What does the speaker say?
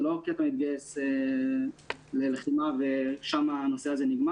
זה לא כי אתה מתגייס ללחימה ושם זה נגמר,